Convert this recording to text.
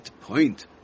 point